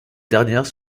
dernières